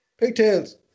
Pigtails